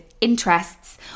interests